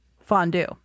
fondue